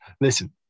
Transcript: listen